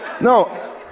No